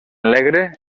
negre